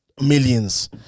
millions